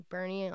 Bernie